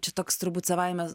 čia toks turbūt savaime